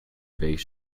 base